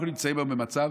אנחנו נמצאים היום במצב